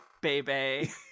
baby